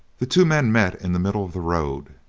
the two men met in the middle of the road,